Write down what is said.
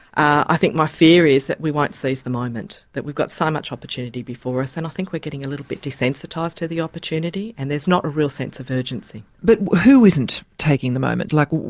i think my fear is that we won't seize the moment, that we've got so much opportunity before us and i think we're getting a little bit desensitised to the opportunity and there's not a real sense of urgency. but who isn't taking the moment? like,